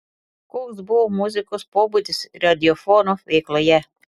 koks buvo muzikos pobūdis radiofono veikloje